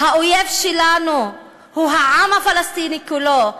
האויב שלנו הוא העם הפלסטיני כולו,